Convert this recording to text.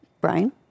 Brian